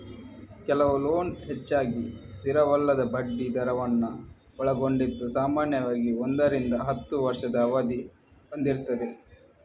ಕೆಲವು ಲೋನ್ ಹೆಚ್ಚಾಗಿ ಸ್ಥಿರವಲ್ಲದ ಬಡ್ಡಿ ದರವನ್ನ ಒಳಗೊಂಡಿದ್ದು ಸಾಮಾನ್ಯವಾಗಿ ಒಂದರಿಂದ ಹತ್ತು ವರ್ಷದ ಅವಧಿ ಹೊಂದಿರ್ತದೆ